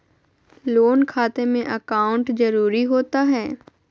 Loan खाते में account जरूरी होता है?